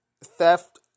theft